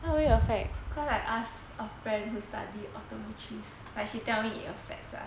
what would it affect cause I ask a friend who study optometry and she tell me it effects ah